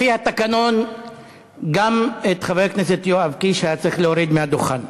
לפי התקנון גם את חבר הכנסת יואב קיש היה צריך להוריד מהדוכן.